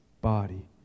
body